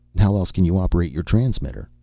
how else can you operate your transmitter?